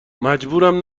مجبورم